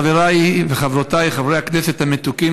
חבריי וחברותיי חברי הכנסת המתוקים